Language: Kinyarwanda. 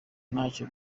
ntacyo